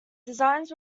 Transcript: designs